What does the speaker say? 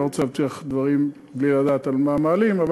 אני לא רוצה להבטיח דברים בלי לדעת מה מעלים,